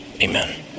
Amen